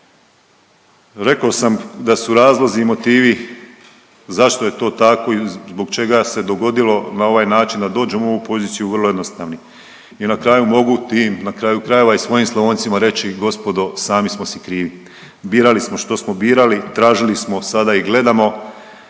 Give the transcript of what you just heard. Rekao sam da su razlozi i motivi zašto je to tako i zbog čega se dogodilo na ovaj način da dođemo u ovu poziciju vrlo jednostavni. I na kraju mogu tim, na kraju krajeva i svojim Slavoncima reći: gospodo, sami smo si krivi, birali smo što smo birali, tražili smo sada i gledamo